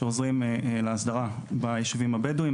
שעוזרים להסדרה ביישובים הבדואיים.